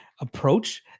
approach